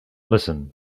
listen